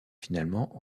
finalement